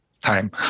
time